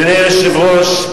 אדוני היושב-ראש,